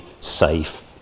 safe